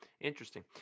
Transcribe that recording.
interesting